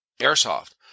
airsoft